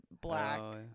black